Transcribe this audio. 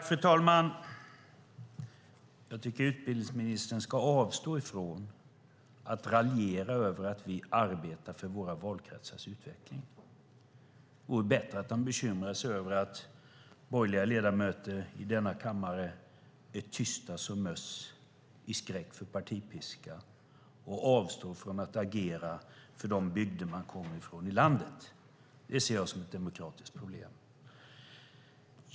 Fru talman! Jag tycker att utbildningsministern ska avstå från att raljera över att vi arbetar för våra valkretsars utveckling. Det vore bättre att han bekymrade sig över att borgerliga ledamöter i denna kammare är tysta som möss i skräck för partipiskan och avstår från att agera för de bygder i landet som de kommer ifrån. Det ser jag som ett demokratiskt problem.